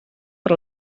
per